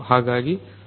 ಹಾಗಾಗಿ ಇದು ಆಗಬಹುದು